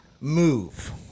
move